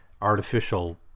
artificial